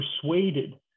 persuaded